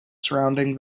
surrounding